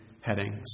headings